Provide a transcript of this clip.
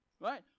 right